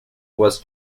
was